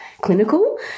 clinical